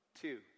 Two